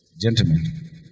Gentlemen